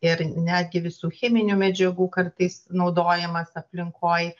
ir netgi visų cheminių medžiagų kartais naudojimas aplinkoj